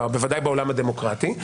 בוודאי בעולם הדמוקרטי.